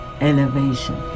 elevation